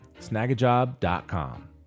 Snagajob.com